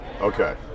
Okay